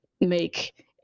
make